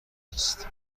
است